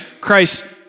Christ